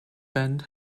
bend